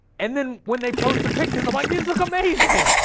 and then when they post the pictures. i'm like. these look amazing,